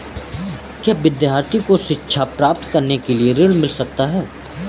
क्या विद्यार्थी को शिक्षा प्राप्त करने के लिए ऋण मिल सकता है?